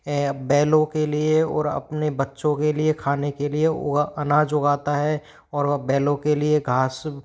बैलों के लिए और अपने बच्चों के लिए खाने के लिए वह अनाज उगाता है और वह बैलो के लिए घास